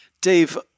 Dave